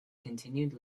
continued